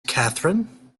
catherine